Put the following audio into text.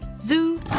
zoo